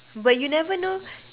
but you never know